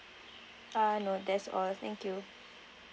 uh no that's all thank you